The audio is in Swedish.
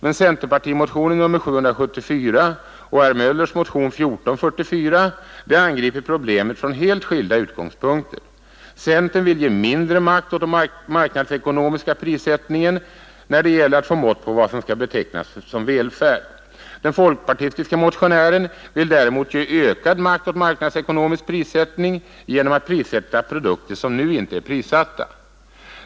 Men centerpartimotionen 774 och herr Möllers motion 1444 angriper problemet från helt skilda utgångspunkter. Centern vill ge mindre makt åt den marknadsekonomiska prissättningen när det gäller att få mått på vad som skall betecknas som välfärd. Den folkpartistiska motionären vill däremot ge ökad makt åt marknadsekonomisk prissättning genom att prissätta produkter som nu inte är prissatta.